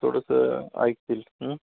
थोडंसं ऐकतील